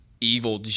evil